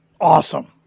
Awesome